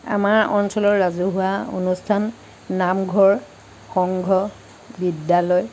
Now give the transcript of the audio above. আমাৰ অঞ্চলৰ ৰাজহুৱা অনুষ্ঠান নামঘৰ সংঘ বিদ্যালয়